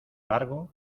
largo